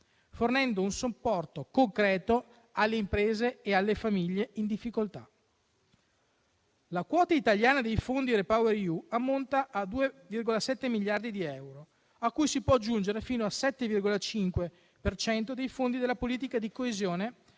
fornendo un supporto concreto alle imprese e alle famiglie in difficoltà. La quota italiana dei fondi REPowerEU ammonta a 2,7 miliardi di euro, a cui si può aggiungere fino al 7,5 per cento dei fondi della politica di coesione